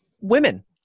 women